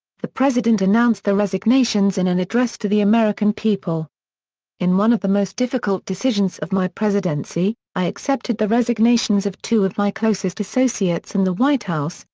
the president announced the resignations in an address to the american people in one of the most difficult decisions of my presidency, i accepted the resignations of two of my closest associates in and the white house,